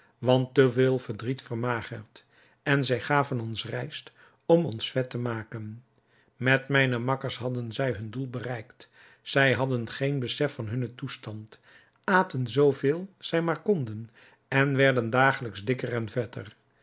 want te veel verdriet vermagert en zij gaven ons rijst om ons vet te maken met mijne makkers hadden zij hun doel bereikt zij hadden geen besef van hunnen toestand aten zooveel zij maar konden en werden dagelijks dikker en vetter